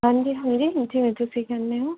ਹਾਂਜੀ ਹਾਂਜੀ ਜਿਵੇਂ ਤੁਸੀਂ ਕਹਿੰਦੇ ਹੋ